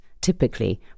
typically